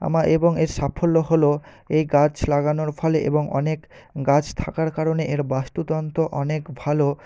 এবং এর সাফল্য হল এই গাছ লাগানোর ফলে এবং অনেক গাছ থাকার কারণে এর বাস্তুতন্ত্র অনেক ভালো